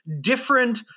different